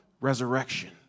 resurrection